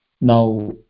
Now